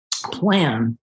plan